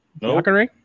No